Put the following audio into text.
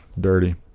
dirty